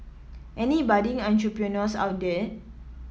any budding entrepreneurs out there